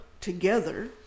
together